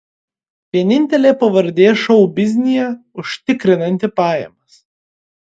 vienintelė pavardė šou biznyje užtikrinanti pajamas